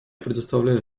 предоставляю